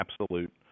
absolute